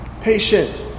patient